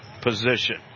position